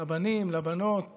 לבנים ולבנות